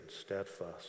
steadfast